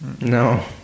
No